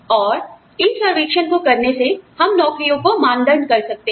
और तो इन सर्वेक्षण को करने से हम नौकरियों को मानदण्ड कर सकते हैं